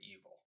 evil